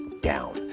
down